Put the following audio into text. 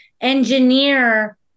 engineer